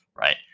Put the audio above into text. right